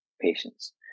patients